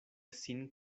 sin